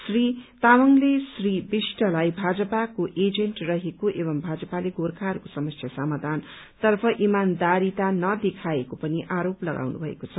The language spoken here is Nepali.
श्री तामाङले श्री विष्टलाई भाजपाको एजेन्ट रहेको एवं भाजपाले गोर्खाहरूको समस्या समाधानतर्फ इमान्दारीता नदेखाएको पनि आरोप लगाउनु भएको छ